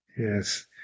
Yes